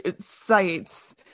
sites